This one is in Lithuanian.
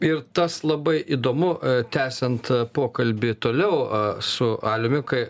ir tas labai įdomu tęsiant pokalbį toliau su aliumi kai